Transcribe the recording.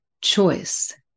choice